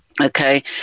Okay